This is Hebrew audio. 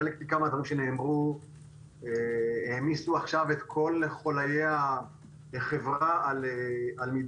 שחלק ניכר מהדברים שנאמרו העמיסו עכשיו את כל חוליי החברה על מידות.